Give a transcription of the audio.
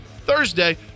Thursday